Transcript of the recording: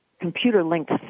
computer-linked